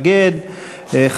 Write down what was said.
בהצעת החוק.